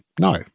no